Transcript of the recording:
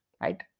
right